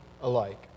alike